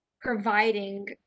providing